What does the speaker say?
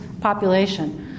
population